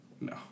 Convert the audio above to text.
no